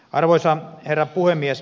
arvoisa herra puhemies